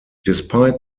despite